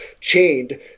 chained